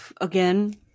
again